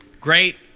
great